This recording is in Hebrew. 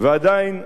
אני חושב,